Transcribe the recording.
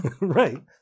Right